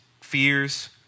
fears